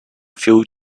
few